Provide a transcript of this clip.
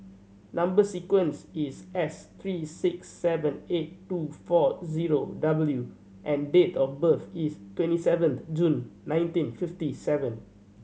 number sequence is S three six seven eight two four zero W and date of birth is twenty seventh June nineteen fifty seven